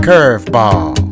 Curveball